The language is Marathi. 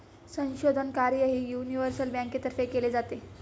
संशोधन कार्यही युनिव्हर्सल बँकेतर्फे केले जाते